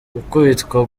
gukubitwa